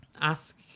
ask